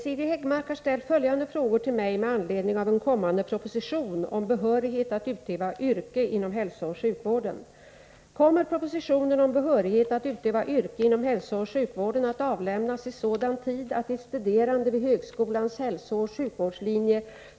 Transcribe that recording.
I en cirkulärskrivelse från en av landets sjukvårdshuvudmän, riktad till ”Samtliga personalchefer”, manas till ”försiktighet vid förordnande på arbetsledande befattningar typ avdelningsföreståndare och nattsjuksköterska”.